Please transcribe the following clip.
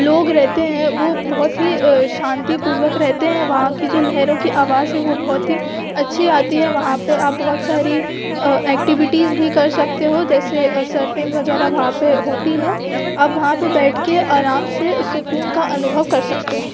लोग रहते हैं वो बहुत ही शांतिपूर्वक रहते हैं वहाँ की जो लहरों की आवाज़ है वो बहुत ही अच्छी आती है वहाँ पे आप बहुत सारी एक्टिविटीज़ भी कर सकते हो जैसे सर्फिंग वगैरह वहाँ पे होती है आप वहाँ पे बैठ के आराम से सुकून का अनुभव कर सकते हो